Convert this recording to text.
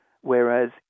Whereas